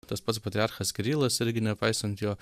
tas pats patriarchas kirilas irgi nepaisant jo